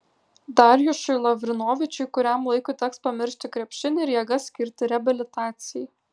darjušui lavrinovičiui kuriam laikui teks pamiršti krepšinį ir jėgas skirti reabilitacijai